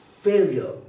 failure